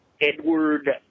Edward